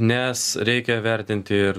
nes reikia vertinti ir